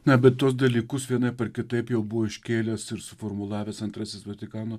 na bet tuos dalykus vienaip ar kitaip jau buvo iškėlęs ir suformulavęs antrasis vatikano